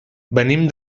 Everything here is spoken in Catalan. venim